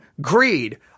greed